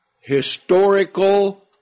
historical